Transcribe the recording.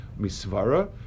misvara